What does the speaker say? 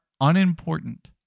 unimportant